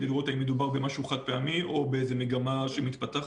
לראות אם מדובר במשהו חד פעמי או באיזו מגמה שמתפתחת,